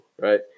Right